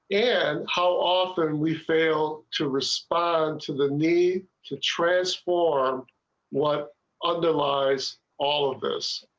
and how often we fail to respond to the need to transform what underlies all of this.